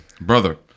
Brother